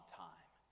time